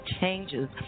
changes